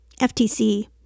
FTC